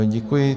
Děkuji.